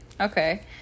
Okay